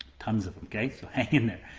tons of them. so hang in there!